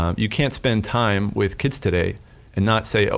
um you can't spend time with kids today and not say, ah